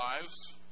lives